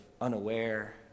unaware